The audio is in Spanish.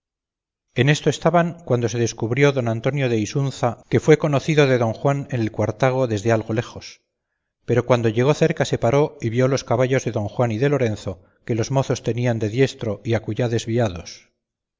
en esto estaban cuando se descubrió don antonio de isunza que fue conocido de don juan en el cuartago desde algo lejos pero cuando llegó cerca se paró y vio los caballos de don juan y de lorenzo que los mozos tenían de diestro y acullá desviados